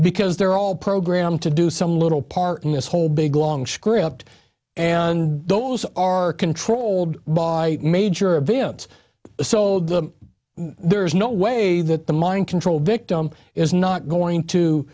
because they're all programmed to do some little part in this whole big long script and those are controlled by major events so there's no way that the mind control victim is not going to